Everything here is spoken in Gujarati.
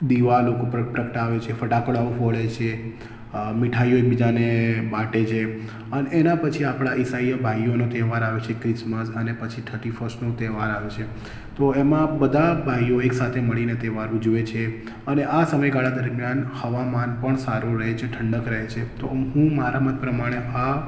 દિવા લોકો પ્ર પ્રગટાવે છે ફટાકડાઓ ફોડે છે મીઠાઇઓ એક બીજાને બાંટે છે અને એના પછી ઈસાઈઓ ભાઈઓનો તહેવાર આવે છે ક્રિસમસ અને પછી થર્ટીફર્સ્ટનો તહેવાર આવે છે તો એમાં બધાં ભાઈઓ એક સાથે મળીને તહેવાર ઉજવે છે અને આ સમયગાળા દરમ્યાન હવામાન પણ સારું રહે છે ઠંડક રહે છે તો હું મારા મત પ્રમાણે આ